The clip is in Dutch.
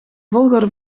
volgorde